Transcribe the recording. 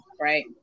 right